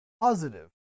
positive